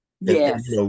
Yes